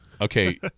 Okay